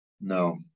no